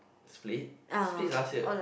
split split last year